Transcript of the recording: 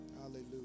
Hallelujah